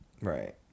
Right